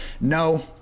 no